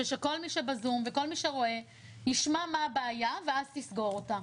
שכל מי שבזום וכל מי שרואה ישמע מה הבעיה ואז תסגור אותה.